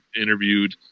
interviewed